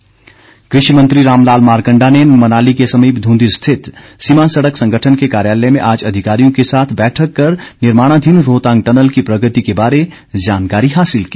मारकंडा कृषि मंत्री रामलाल मारकंडा ने मनाली के समीप धूंधी स्थित सीमा सड़क संगठन के कार्यालय में आज अधिकारियों के साथ बैठक कर निर्माणाधीन रोहतांग टनल की प्रगति के बारे जानकारी हासिल की